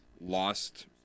Lost